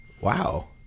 Wow